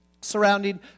surrounding